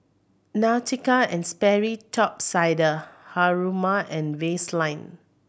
Nautica and Sperry Top Sider Haruma and Vaseline